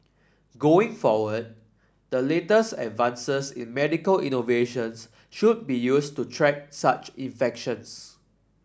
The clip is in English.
going forward the latest advances in medical innovations should be used to track such infections